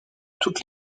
toutes